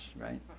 right